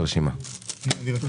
על